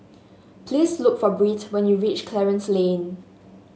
please look for Birt when you reach Clarence Lane